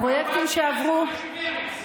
הפרויקטים שעברו, כמובן שזה בהסכמה של מרצ.